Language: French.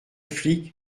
flic